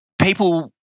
people